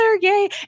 yay